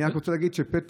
אני רק רוצה להגיד שכשילדים